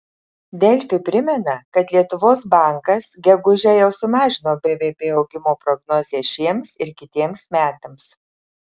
delfi primena kad lietuvos bankas gegužę jau sumažino bvp augimo prognozę šiems ir kitiems metams